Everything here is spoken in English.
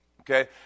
okay